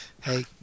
Hey